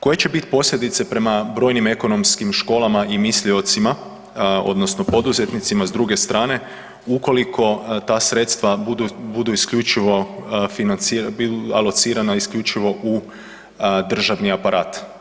Koje će biti posljedice prema brojnim ekonomskim školama i misliocima odnosno poduzetnicima s druge strane ukoliko ta sredstva budu alocirana isključivo u državni aparat?